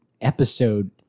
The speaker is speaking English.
episode